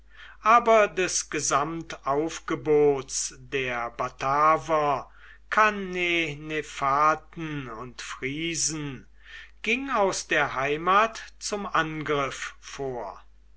aber des gesamtaufgebots der bataver cannenefaten und friesen ging aus der heimat zum angriff vor